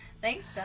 thanks